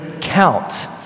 count